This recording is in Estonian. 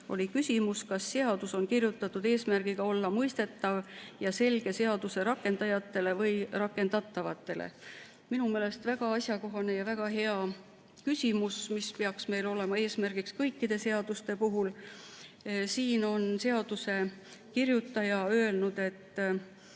oli küsimus, kas seadus on kirjutatud eesmärgiga olla mõistetav ja selge seaduse rakendajatele või rakendatavatele. Minu meelest väga asjakohane ja väga hea küsimus, sest selgus peaks meil olema eesmärgiks seatud kõikide seaduste puhul. Seaduse kirjutaja on öelnud, et